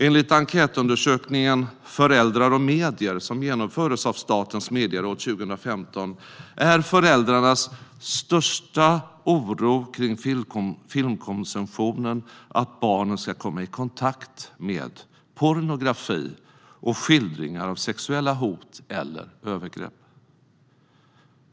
Enligt enkätundersökningen Föräldrar och medier , som genomfördes av Statens medieråd 2015, är föräldrarnas största oro kring filmkonsumtionen att barnen ska komma i kontakt med pornografi och skildringar av sexuella hot eller övergrepp.